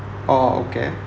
orh okay